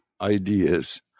ideas